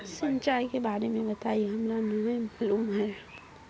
सिंचाई के बारे में बताई हमरा नय मालूम है?